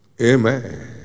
Amen